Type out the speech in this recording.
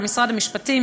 משרד המשפטים,